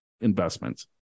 investments